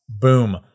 Boom